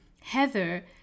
Heather